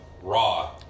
Raw